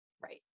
right